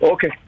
Okay